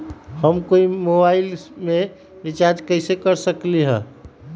हम कोई मोबाईल में रिचार्ज कईसे कर सकली ह?